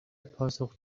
پاسخ